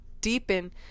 deepen